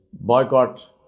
boycott